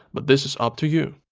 but this is up to you.